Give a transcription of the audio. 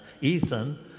Ethan